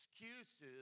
excuses